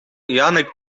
janek